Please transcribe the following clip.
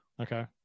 Okay